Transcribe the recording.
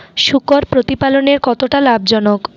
শূকর প্রতিপালনের কতটা লাভজনক?